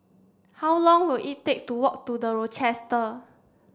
how long will it take to walk to The Rochester